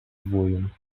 воєн